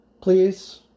please